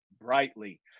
brightly